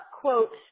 quote